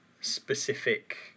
specific